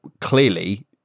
clearly